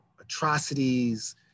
atrocities